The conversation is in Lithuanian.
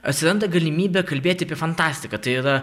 atsiranda galimybė kalbėti apie fantastiką tai yra